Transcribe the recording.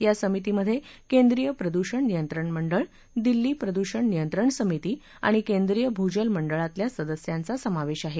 या समितीमधे केंद्रीय प्रद्षण नियंत्रण मंडळ दिल्ली प्रदूषण नियंत्रण समिती आणि केंद्रीय भूजल मंडळातल्या सदस्यांचा समावेश आहे